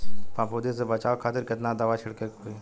फाफूंदी से बचाव खातिर केतना दावा छीड़के के होई?